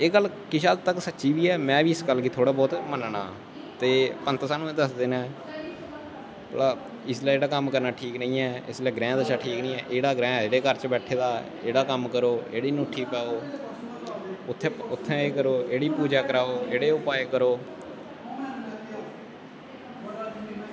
एह् गल्ल किश हद्द तक सच्ची बी ऐ में बी इस गल्ल गी थोह्ड़ा बौह्त मन्ना ते पंत साह्नू एह् दसदे नै भला इसलै जेह्ड़ा कम्म करना ठीक नी ऐ इसलै ग्रैह् दशा ठीक नी ऐ एका ग्रैह् एह्कै घर बैठे दा एह्कड़ा कम्म करो एह्की अंगूठी पाओ उत्थोें पूजा कराओ एह्क़ड़े उपाय कराओ